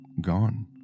gone